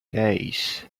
days